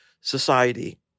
Society